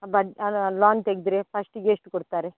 loan ತೆಗೆದ್ರೆ ಫಸ್ಟಿಗೆ ಎಷ್ಟು ಕೊಡ್ತಾರೆ